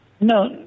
No